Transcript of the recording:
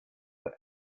into